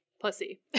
pussy